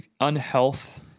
unhealth